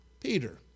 Peter